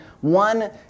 One